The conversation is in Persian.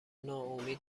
ناامید